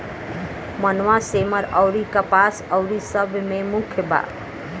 मनवा, सेमर अउरी कपास अउरी सब मे मुख्य बा